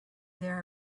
there